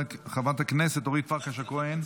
חברת הכנסת אורית פרקש הכהן,